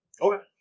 Okay